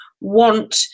want